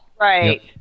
Right